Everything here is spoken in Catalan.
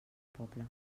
poble